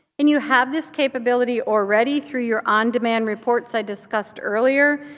and you have this capability already through your on-demand reports i discussed earlier,